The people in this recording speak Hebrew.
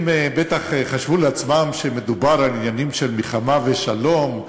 הם בטח חשבו לעצמם שמדובר על עניינים של מלחמה ושלום,